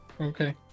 Okay